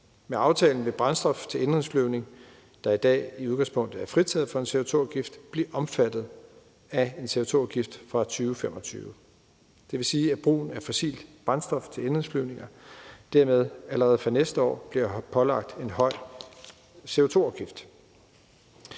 Med aftalen vil brændstof til indenrigsflyvning, der i dag i udgangspunktet er fritaget for en CO2-afgift, blive omfattet af en CO2-afgift fra 2025. Det vil sige, at brugen af fossilt brændstof til indenrigsflyvninger dermed allerede fra næste år bliver pålagt en høj CO2-afgift.